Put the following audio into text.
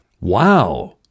wow